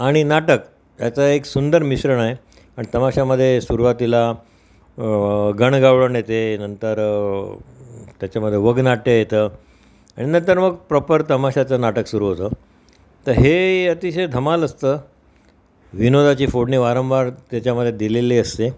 आणि नाटक याचा एक सुंदर मिश्रण आहे आणि तमाशामधे सुरवातीला गणगावळण येते नंतर त्याच्यामध्ये वगनाट्य येतं आणि नंतर मग प्रॉपर तमाशाचं नाटक सुरू होतं तं हे अतिशय धमाल असतं विनोदाची फोडणी वारंवार त्याच्यामधे दिलेली असते